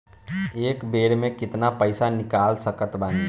एक बेर मे केतना पैसा निकाल सकत बानी?